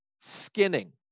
skinning